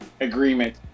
agreement